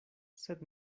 sed